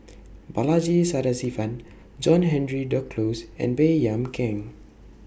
Balaji Sadasivan John Henry Duclos and Baey Yam Keng